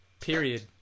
Period